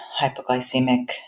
hypoglycemic